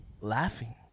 laughing